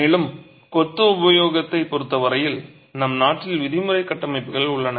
மேலும் கொத்து உபயோகத்தைப் பொருத்தவரையில் நம் நாட்டில் விதிமுறை கட்டமைப்புகள் உள்ளன